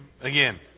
again